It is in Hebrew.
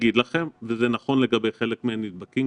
וזה נכון לגבי חלק מהנדבקים,